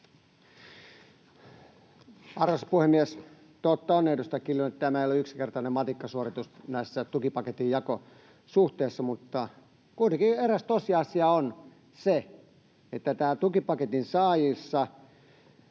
Arvoisa puhemies! Totta on, edustaja Kiljunen, että tämä ei ole yksinkertainen matikkasuoritus näissä tukipaketin jakosuhteissa, mutta kuitenkin eräs tosiasia on se, että näissä tukipaketin saajissa,